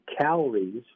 calories